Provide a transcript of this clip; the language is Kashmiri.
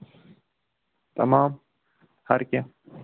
تمام ہر کینٛہہ